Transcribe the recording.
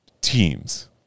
teams